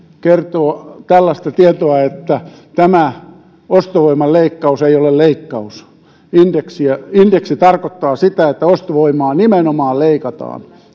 kertoo tällaista tietoa että ostovoiman leikkaus ei ole leikkaus indeksi tarkoittaa sitä että ostovoimaa nimenomaan leikataan